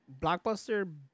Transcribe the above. Blockbuster